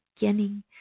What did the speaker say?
beginning